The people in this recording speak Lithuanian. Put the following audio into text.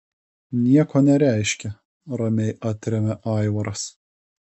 nieko nereiškia ramiai atremia aivaras